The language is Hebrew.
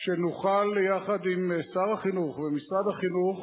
שנוכל יחד עם שר החינוך ומשרד החינוך